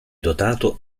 dotato